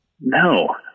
no